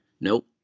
Nope